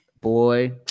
Boy